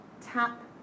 Tap